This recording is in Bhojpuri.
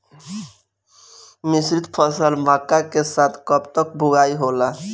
मिश्रित फसल मक्का के साथ कब तक बुआई होला?